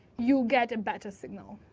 you get a better signal.